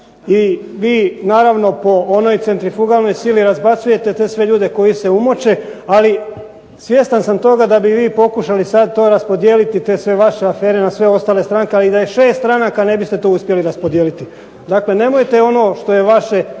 i vi naravno po onoj centrifugalnoj sili razbacujete te sve ljude koji se umoče, ali svjestan sam toga da bi vi pokušali sad to raspodijeliti te sve vaše afere na sve ostale stranke, ali i da je 6 stranaka ne biste to uspjeli raspodijeliti. Dakle nemojte ono što je vaše